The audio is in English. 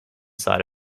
side